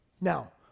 Now